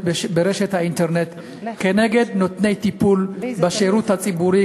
באינטרנט נגד נותני טיפול בשירות הציבורי,